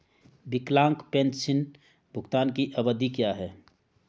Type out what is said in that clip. विकलांग पेंशन भुगतान की अवधि क्या है?